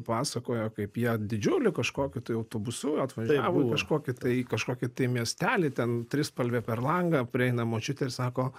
pasakojo kaip jie didžiuliu kažkokiu tai autobusu atvažiavo į kažkokį tai kažkokį tai miestelį ten trispalvė per langą prieina močiutė ir sako